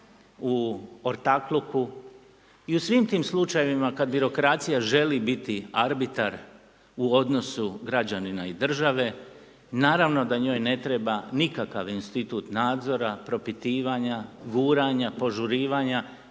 u ortakluku i u svim tim slučajevima kad birokracija želi biti arbitar u odnosu građanina i države, naravno da njoj ne treba nikakav institut nadzora, propitivanja, guranja, požurivanja,